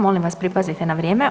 Molim vas pripazite na vrijeme.